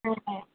হ্যাঁ হ্যাঁ